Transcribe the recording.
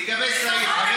לגבי סעיד,